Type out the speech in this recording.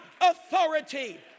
authority